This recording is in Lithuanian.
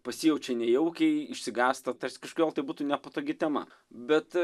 pasijaučia nejaukiai išsigąsta tarsi kažkodėl tai būtų nepatogi tema bet